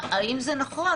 האם זה נכון.